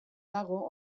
dago